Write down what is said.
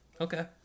okay